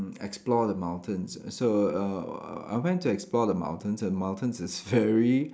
explore the mountains so err I went to explore the mountains and the mountains is very